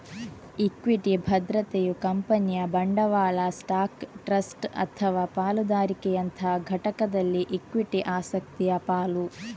equity ಭದ್ರತೆಯು ಕಂಪನಿಯ ಬಂಡವಾಳ ಸ್ಟಾಕ್, ಟ್ರಸ್ಟ್ ಅಥವಾ ಪಾಲುದಾರಿಕೆಯಂತಹ ಘಟಕದಲ್ಲಿ ಇಕ್ವಿಟಿ ಆಸಕ್ತಿಯ ಪಾಲು